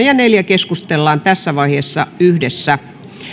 ja neljännestä asiakohdasta keskustellaan yhdessä